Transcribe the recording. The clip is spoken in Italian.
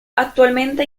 attualmente